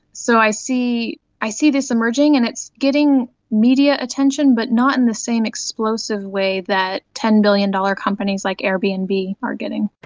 so i see i see this emerging and it's getting media attention but not in the same explosive way that ten billion dollars companies like airbnb are getting.